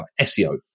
seo